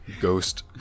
Ghost